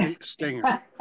stinger